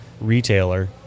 retailer